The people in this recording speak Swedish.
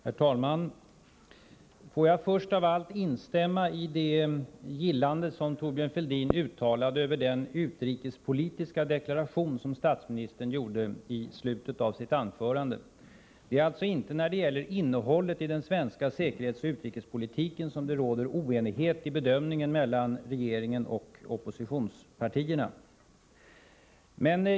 Herr talman! Får jag först av allt instämma i det gillande som Thorbjörn Fälldin uttalade över den utrikespolitiska deklaration som statsministern gjordei slutet av sitt anförande. Det är alltså inte om innehållet i den svenska säkerhetsoch utrikespolitiken som det råder oenighet i bedömningen mellan regeringen och oppositionspartierna.